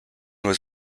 was